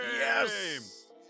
yes